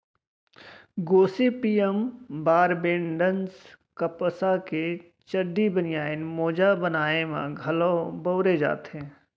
Gossypium barbadense कपसा के चड्डी, बनियान, मोजा बनाए म घलौ बउरे जाथे